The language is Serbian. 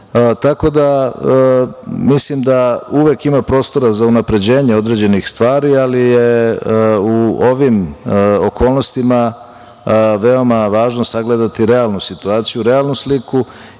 tako da mislim da uvek ima prostora za unapređenje određenih stvari, ali je u ovim okolnostima veoma važno sagledati realnu situaciju, realnu sliku.